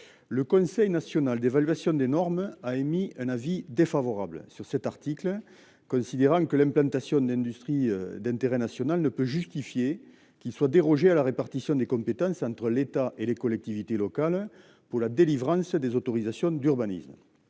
Le Conseil national d'évaluation des normes a émis un avis défavorable sur cet article. Considérant que l'implantation d'industries, d'intérêt national ne peut justifier qu'il soit dérogé à la répartition des compétences entre l'État et les collectivités locales pour la délivrance des autorisations d'urbanisme.